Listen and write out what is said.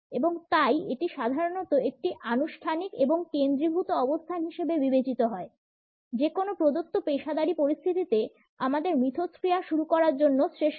এবং তাই এটি সাধারণত একটি আনুষ্ঠানিক এবং কেন্দ্রীভূত অবস্থান হিসাবে বিবেচিত হয় যেকোনো প্রদত্ত পেশাদারী পরিস্থিতিতে আমাদের মিথস্ক্রিয়া শুরু করার জন্য শ্রেষ্ঠ